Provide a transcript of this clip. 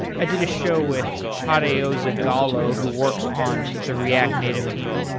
i did a show with tadeu zagallo who works on the react native team,